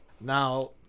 Now